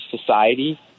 society